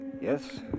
Yes